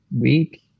week